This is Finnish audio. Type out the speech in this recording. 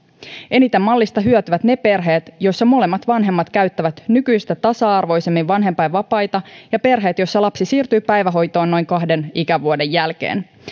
eniten mallista hyötyvät ne perheet joissa molemmat vanhemmat käyttävät nykyistä tasa arvoisemmin vanhempainvapaita ja perheet joissa lapsi siirtyy päivähoitoon noin kahden ikävuoden jälkeen